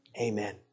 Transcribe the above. Amen